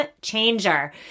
changer